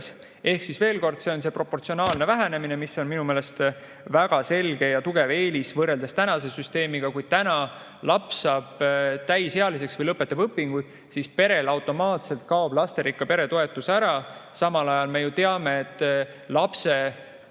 Ehk siis veel kord, see on proportsionaalne vähenemine, mis on minu meelest väga selge ja tugev eelis võrreldes tänase süsteemiga. Kui täna laps saab täisealiseks või lõpetab õpingud, siis perel automaatselt kaob lasterikka pere toetus ära. Samal ajal me ju teame, et lapse